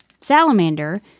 Salamander